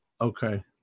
Okay